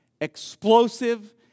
explosive